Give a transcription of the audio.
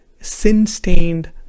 sin-stained